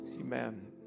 Amen